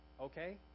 okay